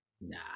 Nah